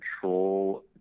control